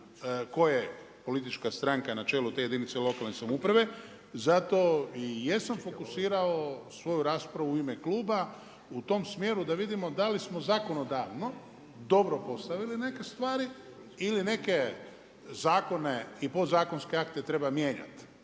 koje politička stranka na čelu te jedinice lokalne samouprave zato jesam i fokusirao svoju raspravu u ime kluba u tom smjeru da vidimo da li smo zakonodavno dobro postavili neke stvari ili neke zakone i podzakonske akte treba mijenjati